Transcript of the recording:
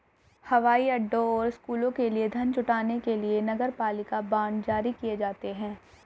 हवाई अड्डों और स्कूलों के लिए धन जुटाने के लिए नगरपालिका बांड जारी किए जाते हैं